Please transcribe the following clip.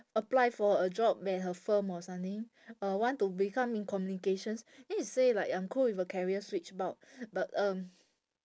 apply for a job where her firm or something uh want to become in communications then he say like I'm cool with a career switch but but um